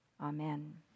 Amen